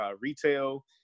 retail